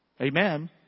Amen